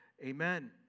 amen